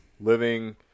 living